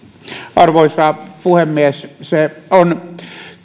arvoisa puhemies on